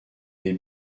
des